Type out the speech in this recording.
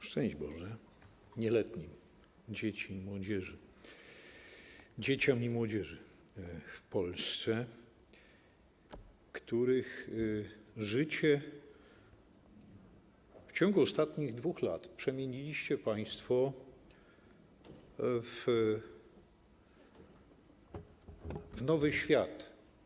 Szczęść Boże nieletnim, dzieciom i młodzieży, dzieciom i młodzieży w Polsce, których życie w ciągu ostatnich 2 lat przemieniliście państwo w nowy świat.